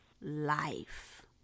life